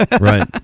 right